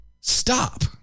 stop